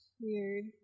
Weird